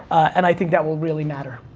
and i think that will really matter.